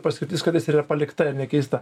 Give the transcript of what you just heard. paskirtis kartais ir yra palikta ir nekeista